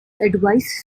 advise